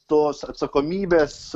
tos atsakomybės